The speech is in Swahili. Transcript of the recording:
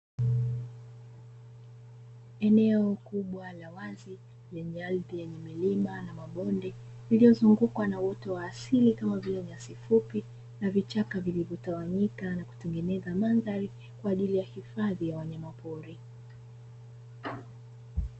Eneo kubwa la wazi lenye ardhi ya milima na mabonde iliyozungukwa na uoto wa asili, kama vile nyasi fupi na vichaka vilivyotawanyika na kutengeneza mandhari kwa ajili ya hifadhi ya wanyamapori.